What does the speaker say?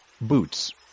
Boots